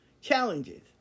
challenges